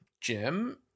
jim